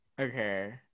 okay